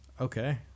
okay